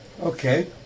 Okay